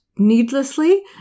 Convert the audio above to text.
needlessly